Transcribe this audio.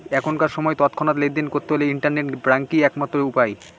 এখনকার সময় তৎক্ষণাৎ লেনদেন করতে হলে ইন্টারনেট ব্যাঙ্কই এক মাত্র উপায়